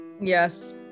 Yes